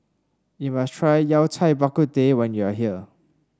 you must try Yao Cai Bak Kut Teh when you are here